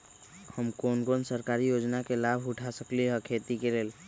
हम कोन कोन सरकारी योजना के लाभ उठा सकली ह खेती के लेल?